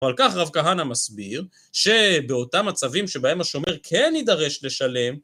ועל כך רב כהנא מסביר, שבאותם מצבים שבהם השומר כן יידרש לשלם